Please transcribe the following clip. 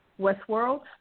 Westworld